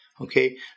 Okay